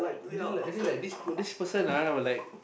and then like and then like this person ah will like